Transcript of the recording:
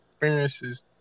experiences